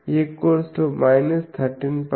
26dB అవుతుంది